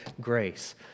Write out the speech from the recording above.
grace